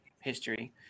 history